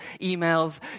emails